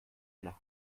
eine